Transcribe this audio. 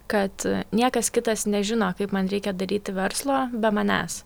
kad niekas kitas nežino kaip man reikia daryti verslą be manęs